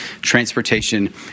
transportation